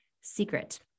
secret